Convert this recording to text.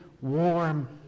warm